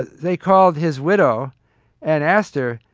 they called his widow and asked her,